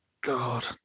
God